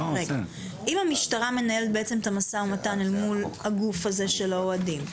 אם המשטרה מנהלת בעצם את המשא-ומתן מול הגוף הזה של האוהדים,